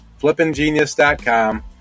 flippinggenius.com